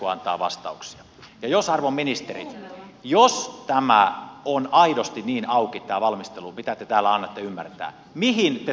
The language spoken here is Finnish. arvon ministerit jos tämä valmistelu on aidosti niin auki kuin te täällä annatte ymmärtää mihin te tarvitsette tiedonantokeskustelun